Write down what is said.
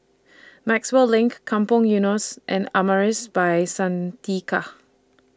Maxwell LINK Kampong Eunos and Amaris By Santika